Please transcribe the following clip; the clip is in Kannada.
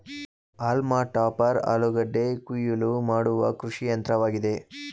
ಹಾಲ್ಮ ಟಾಪರ್ ಆಲೂಗೆಡ್ಡೆ ಕುಯಿಲು ಮಾಡುವ ಕೃಷಿಯಂತ್ರವಾಗಿದೆ